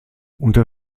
unter